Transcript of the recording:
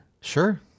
Sure